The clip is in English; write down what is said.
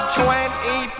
twenty